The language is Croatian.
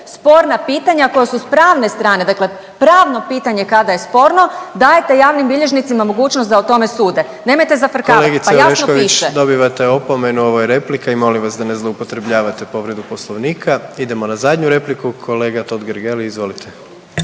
sporna pitanja koja su s pravne strane dakle pravno pitanje kada je sporno dajete javnim bilježnicima mogućnost da o tome sude. Nemojte zafrkavat, pa jasno piše. **Jandroković, Gordan (HDZ)** Kolegice Orešković dobivate opomenu ovo je replika i molim vas da ne zloupotrebljavate povredu poslovnika. Idemo na zadnju repliku kolega Totgergeli izvolite.